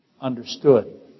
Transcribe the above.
understood